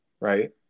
right